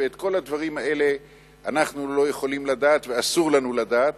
ואת כל הדברים האלה אנחנו לא יכולים לדעת ואסור לנו לדעת,